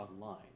online